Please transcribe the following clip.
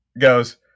goes